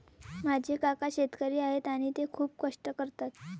माझे काका शेतकरी आहेत आणि ते खूप कष्ट करतात